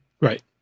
Right